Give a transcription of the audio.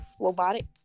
robotic